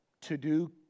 to-do